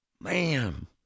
Man